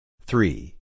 three